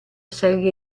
serie